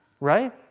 Right